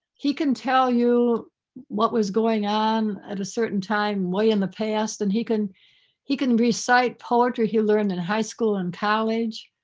he can tell you what was going on at a certain time, way in the past and he can he can recite poetry he learned in high school and college,